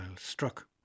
struck